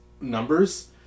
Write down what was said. numbers